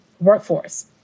workforce